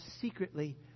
Secretly